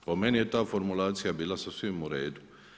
Po meni je ta formulacija bila sasvim u redu.